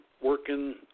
working